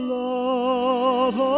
love